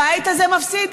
הבית הזה מפסיד.